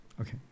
Okay